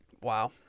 Wow